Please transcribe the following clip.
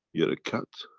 you're a cat